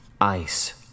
Ice